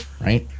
Right